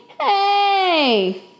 Hey